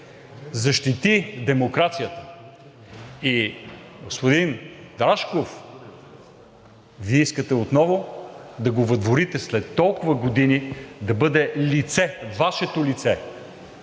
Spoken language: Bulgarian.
защити демокрацията и господин Рашков Вие искате отново да го въдворите след толкова години да бъде лице, Вашето лице?